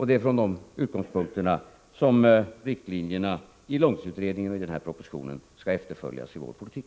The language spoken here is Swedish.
Det är från dessa utgångspunkter som riktlinjerna i långtidsutredningen och propositionen skall följas i vår politik.